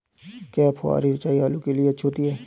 क्या फुहारी सिंचाई आलू के लिए अच्छी होती है?